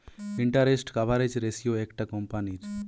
interest coverage ratio একটা কোম্পানীর